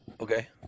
Okay